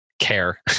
care